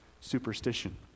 superstition